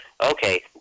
okay